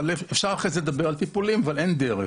אפשר לדבר על טיפולים, אבל אין דרך